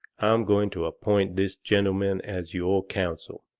i'm goin' to appoint this gentleman as your counsel,